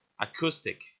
Acoustic